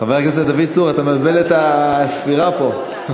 חבר הכנסת דוד צור, אתה מבלבל את הספירה פה.